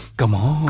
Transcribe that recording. come on.